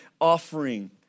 offering